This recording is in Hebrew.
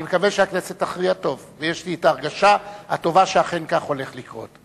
אני מקווה שהכנסת תכריע טוב ויש לי את ההרגשה הטובה שאכן כך הולך לקרות.